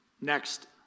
Next